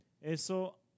Eso